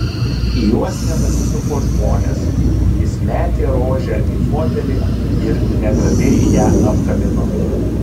į juos net atsisuko žmonės jis metė rožę į fotelį ir negrabiai ją apkabino